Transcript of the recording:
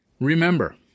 Remember